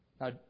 Now